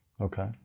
Okay